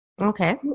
Okay